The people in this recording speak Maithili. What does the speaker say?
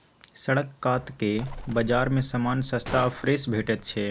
सड़क कातक बजार मे समान सस्ता आ फ्रेश भेटैत छै